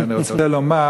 אבל אני רוצה לומר